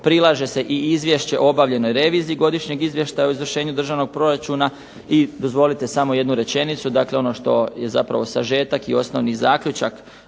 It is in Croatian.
prilaže se i izvješće o obavljenoj reviziji godišnjeg izvještaja o izvršenju državnog proračuna. I dozvolite samo jednu rečenicu dakle ono što je zapravo sažetak i osnovni zaključak